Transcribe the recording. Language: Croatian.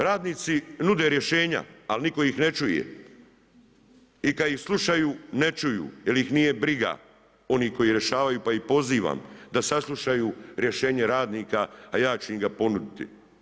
Radnici nude rješenja, ali niko ih ne čuje i kada ih slušaju ne čuju jel ih nije briga onih koji rješavaju, pa ih pozivam da saslušaju rješenje radnika, a ja ću im ga ponuditi.